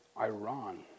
Iran